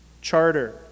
Charter